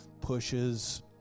pushes